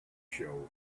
show